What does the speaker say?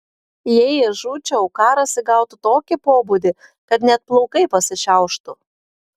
jei aš žūčiau karas įgautų tokį pobūdį kad net plaukai pasišiauštų